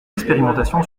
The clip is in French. expérimentation